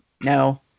no